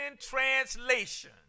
translation